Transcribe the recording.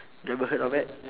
never heard of that